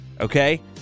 okay